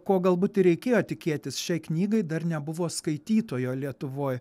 ko galbūt ir reikėjo tikėtis šiai knygai dar nebuvo skaitytojo lietuvoj